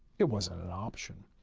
it wasn't an option.